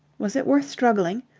was it worth struggling?